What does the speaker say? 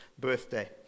birthday